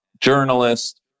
journalist